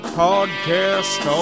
podcast